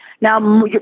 Now